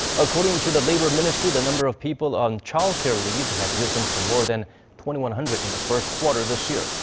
according to the labor ministry, the number of people on childcare leave had risen to more than twenty one hundred in the first quarter this year.